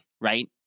right